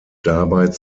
dabei